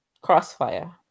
Crossfire